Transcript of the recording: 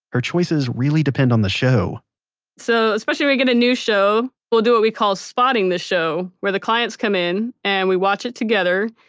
her choices really depend on the show so when we get a new show, we'll do what we call spotting the show, where the clients come in and we watch it together,